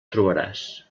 trobaràs